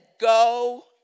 go